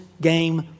game